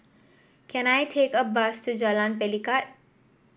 can I take a bus to Jalan Pelikat